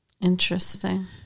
Interesting